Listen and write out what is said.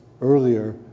earlier